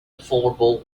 affordable